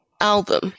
album